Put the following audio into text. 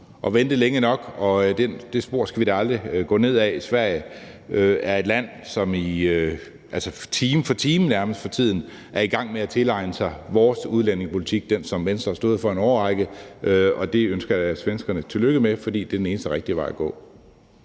at vente længe nok. Det spor skal vi da ikke gå ned ad. Sverige er et land, som nærmest time for time for tiden er i gang med at tilegne sig vores udlændingepolitik – den, som Venstre har stået for i en årrække – og det ønsker jeg da svenskerne tillykke med, for det er den eneste rigtige vej at gå.